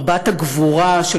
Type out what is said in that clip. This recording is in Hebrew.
רבת הגבורה,